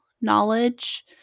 knowledge